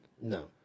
No